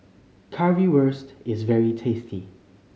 currywurst is very tasty